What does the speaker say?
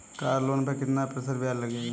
Car loan पर कितना प्रतिशत ब्याज लगेगा?